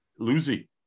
Luzi